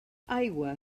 aigua